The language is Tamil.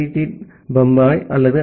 டி பம்பாய் அல்லது ஐ